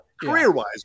career-wise